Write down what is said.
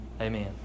Amen